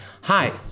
Hi